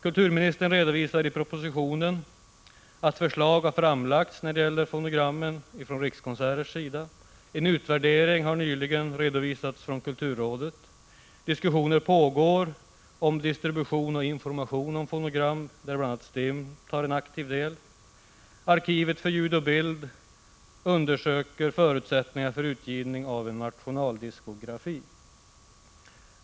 Kulturministern redovisar i propositionen att förslag om fonogrammen har framlagts av Rikskonserter, att en utvärdering nyligen har redovisats av kulturrådet, att diskussioner om distribution av och information om fonogram pågår, där bl.a. STIM tar aktiv del, samt att arkivet för ljud och bild undersöker förutsättningarna för utgivning av en nationaldiskografi.